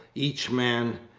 each man,